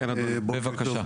בבקשה.